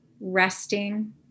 resting